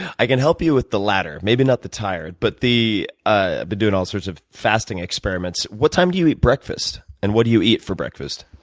i can help you with the latter maybe not the tired. but i've ah been doing all sorts of fasting experiments. what time do you eat breakfast, and what do you eat for breakfast?